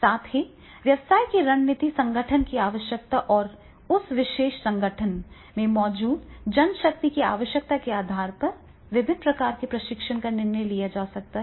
साथ ही व्यवसाय की रणनीति संगठन की आवश्यकता और उस विशेष संगठन में मौजूद जनशक्ति की आवश्यकता के आधार पर विभिन्न प्रकार के प्रशिक्षण का निर्णय लिया जा सकता है